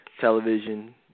television